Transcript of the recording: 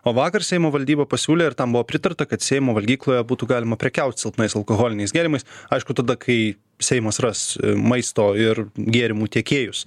o vakar seimo valdyba pasiūlė ir tam buvo pritarta kad seimo valgykloje būtų galima prekiaut silpnais alkoholiniais gėrimais aišku tada kai seimas ras maisto ir gėrimų tiekėjus